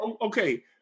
Okay